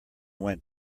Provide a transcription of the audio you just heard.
went